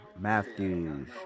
Matthews